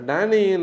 Danny